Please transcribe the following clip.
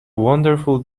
wonderful